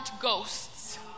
ghosts